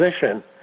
position